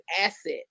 asset